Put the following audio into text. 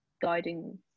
guiding